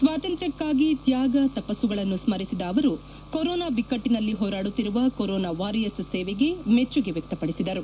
ಸ್ವಾತಂತ್ರ್ಯಕ್ಕಾಗಿ ತ್ಯಾಗ ತಪಸ್ಸುಗಳನ್ನು ಸ್ಮರಿಸಿದ ಅವರು ಕೊರೊನಾ ಬಿಕ್ಕಟ್ಟನಲ್ಲಿ ಹೋರಾಡುತ್ತಿರುವ ಕೊರೊನಾ ವಾರಿಯರ್ಸ್ ಸೇವೆಗೆ ಮೆಚ್ಚುಗೆ ವ್ಯಕ್ತಪಡಿಸಿದರು